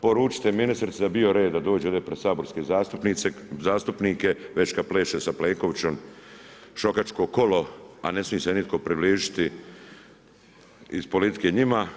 Poručite ministrica da bi bio red da dođe ovdje pred saborske zastupnike već kad pleše sa Plenkovićem šokačko kolo, a ne smije im se nitko približiti iz politike njima.